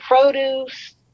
produce